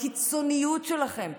בקיצוניות שלכם,